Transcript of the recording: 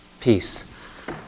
peace